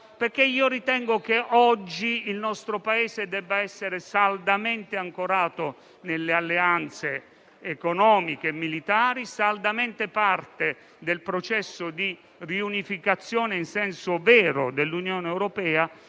perché io ritengo che oggi il nostro Paese debba essere saldamente ancorato nelle alleanze economiche e militari, saldamente parte del processo di riunificazione (in senso vero) dell'Unione europea,